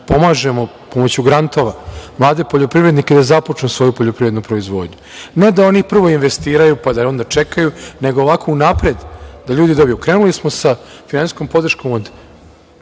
pomažemo pomoću grantova, mlade poljoprivrednike da započnu svoju poljoprivrednu proizvodnju. Ne da oni prvo investiraju, pa da je onda čekaju, nego ovako unapred da ljudi dobiju. Krenuli smo sa finansijskom podrškom od,